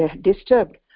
disturbed